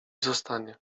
zostanie